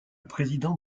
président